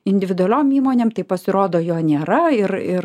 individualiom įmonėm tai pasirodo jo nėra ir ir